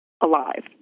alive